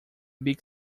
big